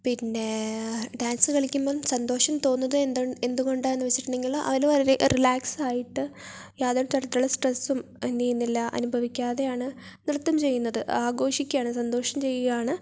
പിന്നെ ഡാൻസു കളിക്കുമ്പം സന്തോഷം തോന്നുന്നത് എന്തുകൊണ്ടാണെന്ന് വച്ചിട്ടുണ്ടെങ്കിൽ അതിൽ വലരെ റിലാക്സ് ആയിട്ട് യാതൊരുതരത്തിലുള്ള സ്ട്രെസ്സും എന്തു ചെയ്യുന്നില്ല അനുഭവിക്കാതെയാണ് നൃത്തം ചെയ്യുന്നത് ആഘോഷിക്കുകയാണ് സന്തോഷം ചെയ്യുകയാണ്